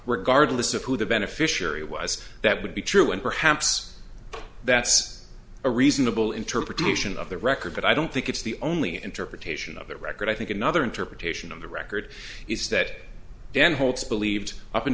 regardless of who the beneficiary was that would be true and perhaps that's a reasonable interpretation of the record but i don't think it's the only interpretation of the record i think another interpretation of the record is that dan holds believed